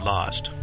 Lost